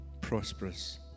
prosperous